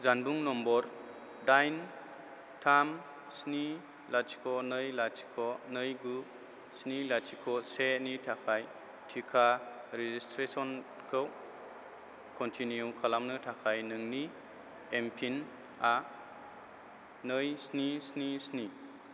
जानबुं नम्बर दाइन थाम स्नि लाथिख' नै लाथिख' नै गु स्नि लाथिख' से नि थाखाय टिका रेजिसट्रेसनखौ कनटिनिउ खालामनो थाखाय नोंनि एमपिनआ नै स्नि स्नि स्नि